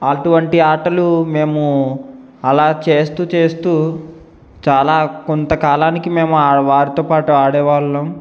అటువంటి ఆటలు మేము అలా చేస్తూ చేస్తూ చాలా కొంతకాలానికి మేము ఆ వారితో పాటు ఆడవాళ్ళం